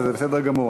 וזה בסדר גמור.